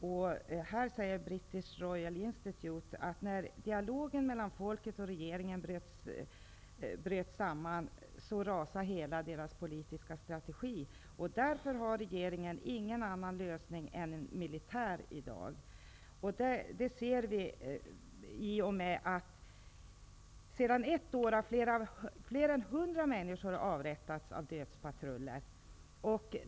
The British Royal Institute säger att när dialogen mellan folket och regeringen bröt samman, rasade hela den politiska strategin. Därför har regeringen i dag ingen annan lösning än militär. Sedan ett år har fler än 100 människor avrättats av dödspatruller.